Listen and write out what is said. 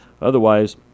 Otherwise